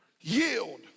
yield